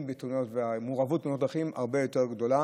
בתאונות והמעורבות בתאונות דרכים בה הרבה יותר גדול.